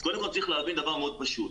אז קודם כול, צריך להבין דבר מאוד פשוט: